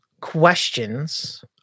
questions